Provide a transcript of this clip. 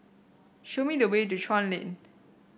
show me the way to Chuan Lane